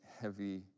heavy